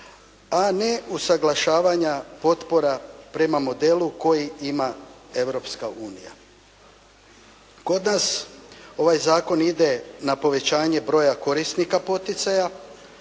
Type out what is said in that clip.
a ne usuglašavanja potpora prema modelu koji ima Europska unija. Kod nas ovaj zakon ide na povećanje broja korisnika poticaja